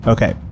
Okay